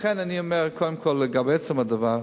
ולכן אני אומר קודם כול לגבי עצם הדבר,